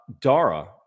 Dara